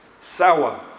Sour